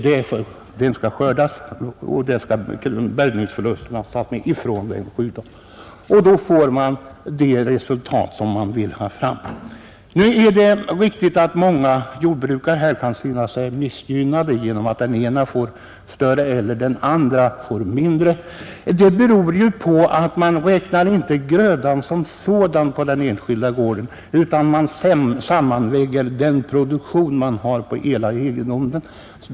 Den skall skördas, och bärgningsförlusterna skall dras ifrån, och då får man de resultat som man vill ha fram. Det är riktigt att många jordbrukare kan känna sig missgynnade genom att den ene får större ersättning och den andre mindre. Det beror på att man inte räknar med grödan som sådan på den enskilda gården, utan man sammanlägger den produktion som förekommer på hela egendomen.